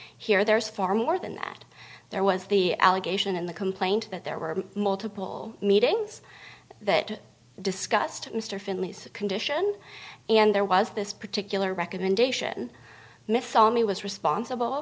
here there is far more than that there was the allegation in the complaint that there were multiple meetings that discussed mr finley's condition and there was this particular recommendation missoni was responsible